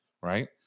right